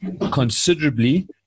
considerably